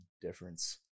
difference